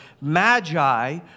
magi